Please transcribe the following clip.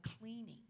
cleaning